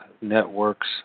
Networks